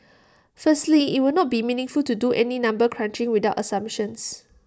firstly IT would not be meaningful to do any number crunching without assumptions